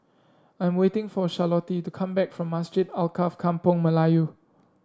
I'm waiting for Charlottie to come back from Masjid Alkaff Kampung Melayu